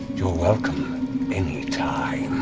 you're welcome any time.